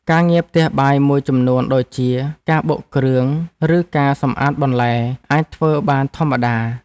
ការងារផ្ទះបាយមួយចំនួនដូចជា ការបុកគ្រឿង ឬការសម្អាតបន្លែ អាចធ្វើបានធម្មតា។